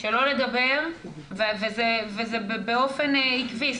וזה באופן עקבי.